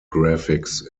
graphics